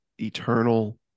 eternal